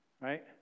right